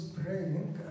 praying